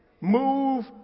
move